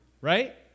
Right